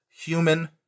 human